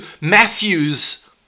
Matthew's